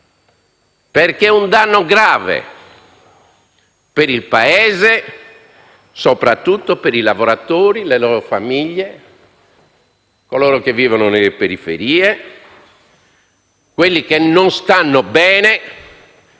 perché è un danno grave per il Paese, soprattutto per i lavoratori, le loro famiglie, coloro che vivono nelle periferie, quelli che non stanno bene,